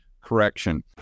correction